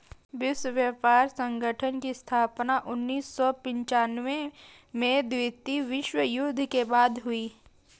विश्व व्यापार संगठन की स्थापना उन्नीस सौ पिच्यानबें में द्वितीय विश्व युद्ध के बाद हुई